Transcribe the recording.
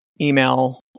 email